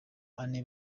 ane